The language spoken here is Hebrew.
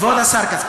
כבוד השר כץ,